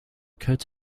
coat